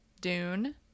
Dune